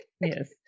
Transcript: yes